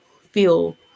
feel